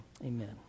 amen